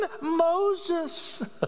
Moses